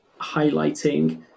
highlighting